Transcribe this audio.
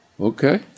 Okay